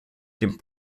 dem